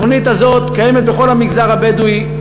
התוכנית הזאת קיימת בכל המגזר הבדואי.